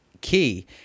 key